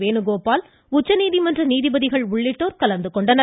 வேணுகோபால் உச்சநீதிமன்ற நீதிபதிகள் உள்ளிட்டோர் கலந்து கொண்டனர்